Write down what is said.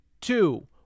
Two